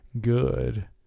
good